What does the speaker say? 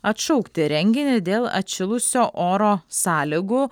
atšaukti renginį dėl atšilusio oro sąlygų